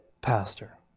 pastor